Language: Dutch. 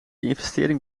investering